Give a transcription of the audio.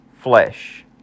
flesh